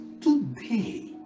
today